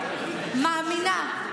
מאמינה,